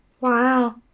Wow